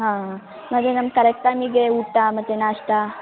ಹಾಂ ಮತ್ತೆ ನಮ್ಗೆ ಕರಕ್ಟ್ ಟೈಮಿಗೆ ಊಟ ಮತ್ತು ನಾಷ್ಟಾ